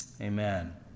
amen